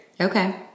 Okay